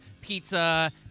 pizza